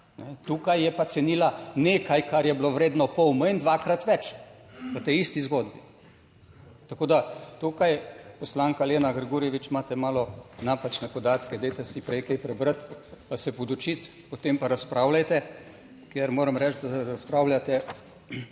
Tukaj je pa cenila nekaj, kar je bilo vredno pol manj, dvakrat več v tej isti zgodbi. Tako, da tukaj poslanka Lena Grgurevič imate malo napačne podatke, dajte si prej kaj prebrati, pa se podučiti o tem, pa razpravljajte, ker moram reči, da razpravljate,